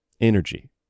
Energy